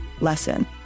lesson